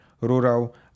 rural